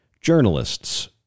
journalists